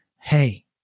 Hey